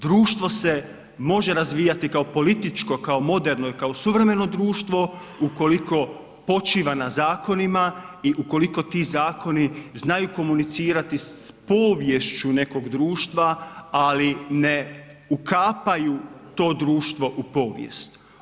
Društvo se može razvijati kao političko, kao moderno i kao suvremeno društvu ukoliko počiva na zakonima i ukoliko ti zakoni znaju komunicirati s poviješću nekog društva, ali ne ukapaju to društvo u povijest.